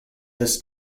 this